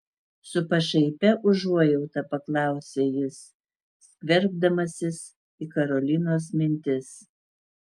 su pašaipia užuojauta paklausė jis skverbdamasis į karolinos mintis